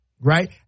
right